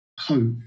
hope